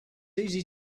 easy